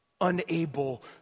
Unable